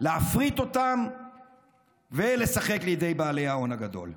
להפריט אותם ולשחק לידי בעלי ההון הגדול.